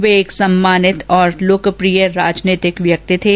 वे एक सम्मानित और लोकप्रिय राजनीतिक व्यक्ति थे